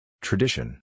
Tradition